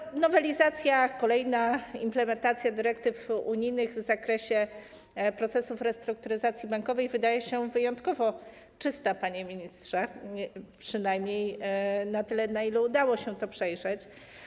Kolejna nowelizacja, implementacja dyrektyw unijnych w zakresie procesów restrukturyzacji bankowej wydaje się wyjątkowo czysta, panie ministrze, przynajmniej na tyle, na ile udało się to przejrzeć.